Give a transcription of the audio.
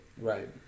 Right